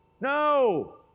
No